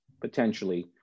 potentially